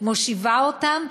מושיבה אותם,